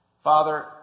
Father